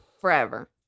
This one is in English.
forever